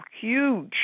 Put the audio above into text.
huge